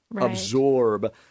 absorb